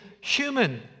human